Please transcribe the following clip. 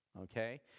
okay